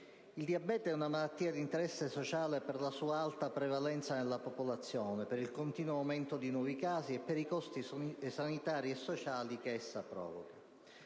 Il diabete è una malattia di interesse sociale per la sua alta prevalenza nella popolazione, per il continuo aumento di nuovi casi e per i costi sanitari e sociali che essa provoca.